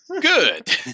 good